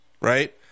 right